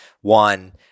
one